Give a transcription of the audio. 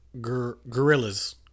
Gorilla's